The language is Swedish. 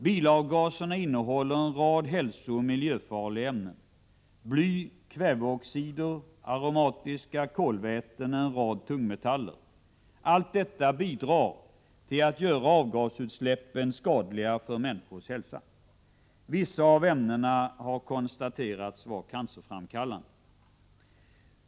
Bilavgaserna innehåller en mängd hälsooch miljöfarliga ämnen: bly, kväveoxider, aromatiska kolväten och en rad tungmetaller. Allt detta bidrar till att göra avgasutsläppen skadliga för människors hälsa. Vissa av ämnena har konstaterats vara cancerframkallande.